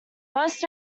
most